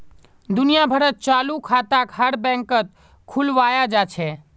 दुनिया भरत चालू खाताक हर बैंकत खुलवाया जा छे